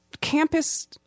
campus